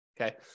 Okay